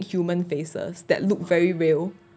the human faces that look very real